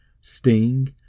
Sting